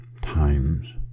times